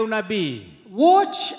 Watch